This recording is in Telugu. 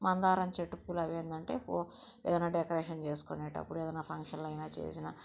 మందారం చెట్టుపూలు అవి ఏంటంటే పూ ఏదయినా డెకరేషన్ చేసుకునేటప్పుడు ఏదన్నఫంక్షన్లు అయిన చేసిన